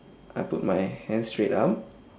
I put my hands straight up